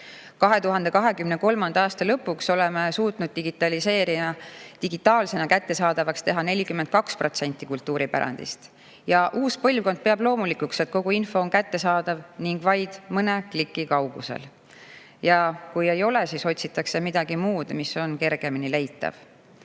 2023. aasta lõpuks oleme suutnud digitaalsena kättesaadavaks teha 42% kultuuripärandist. Uus põlvkond peab loomulikuks, et kogu info on kättesaadav ning vaid mõne kliki kaugusel. Ja kui ei ole, siis otsitakse midagi muud, mis on kergemini leitav.